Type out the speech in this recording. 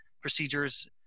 procedures